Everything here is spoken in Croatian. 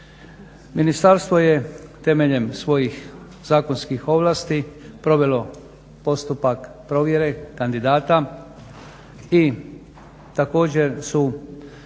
Ministarstvo je temeljem svojih zakonskih ovlasti provelo postupak provjere kandidata i također su